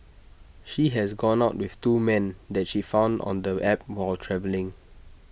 she has gone out with two men that she found on the app while travelling